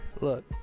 look